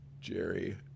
Jerry